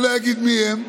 נא לסיים.